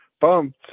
Bumped